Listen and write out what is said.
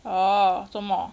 orh 做么